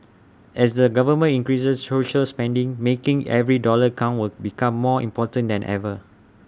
as the government increases social spending making every dollar count will become more important than ever